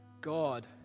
God